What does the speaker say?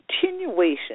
continuation